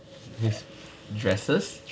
his dresses